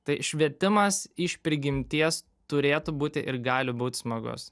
tai švietimas iš prigimties turėtų būti ir gali būt smagus